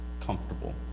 comfortable